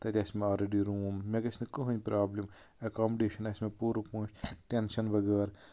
تَتہِ آسہِ مےٚ آلریڈی روم مےٚ گژھِ نہٕ کٕہنۍ پرابلِم ایٚکامڈیشن آسہِ مےٚ پوٗرٕ پٲٹھۍ ٹینشن بغٲر